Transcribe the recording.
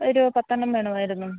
ഒരു പത്തെണ്ണം വേണമായിരുന്നു